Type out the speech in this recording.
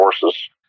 Forces